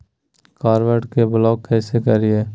कार्डबा के ब्लॉक कैसे करिए?